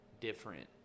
different